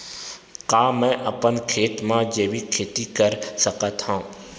का मैं अपन खेत म जैविक खेती कर सकत हंव?